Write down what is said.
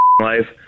life